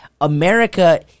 America